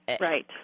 right